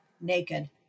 naked